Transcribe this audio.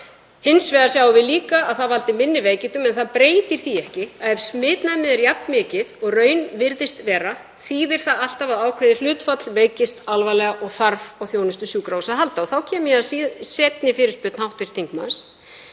Hins vegar sjáum við líka að það veldur minni veikindum. En það breytir því ekki að ef smitefni er jafn mikið og raun virðist vera þýðir það alltaf að ákveðið hlutfall veikist alvarlega og þarf á þjónustu sjúkrahúsa að halda. Og þá kem ég að seinni fyrirspurn hv. þingmanns,